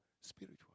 spiritual